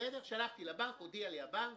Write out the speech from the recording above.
הלכתי לבנק, הודיע לי הבנק